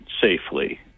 safely